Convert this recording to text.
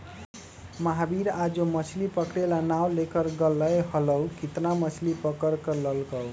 महावीर आज जो मछ्ली पकड़े ला नाव लेकर गय लय हल ऊ कितना मछ्ली पकड़ कर लल कय?